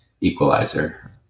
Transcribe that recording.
equalizer